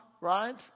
right